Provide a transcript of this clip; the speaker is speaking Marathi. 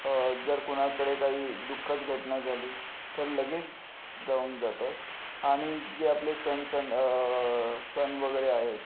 जर कोणाकडे काही दु खद घटना झाली तर लगेच धावून जातात आणि जे आपले सण सण सण वगैरे आहेत